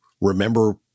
remember